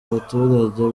abaturage